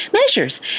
measures